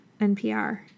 NPR